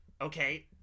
Okay